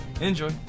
Enjoy